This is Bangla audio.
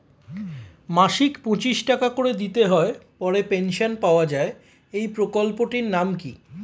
মাসিক পঁচিশ টাকা করে দিতে হয় পরে পেনশন পাওয়া যায় এই প্রকল্পে টির নাম কি?